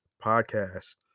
Podcast